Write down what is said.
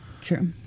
True